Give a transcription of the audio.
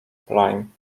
prime